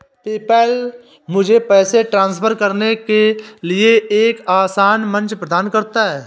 PayPal मुझे पैसे transfer करने के लिए एक आसान मंच प्रदान करता है